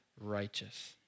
righteous